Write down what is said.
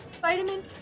Vitamin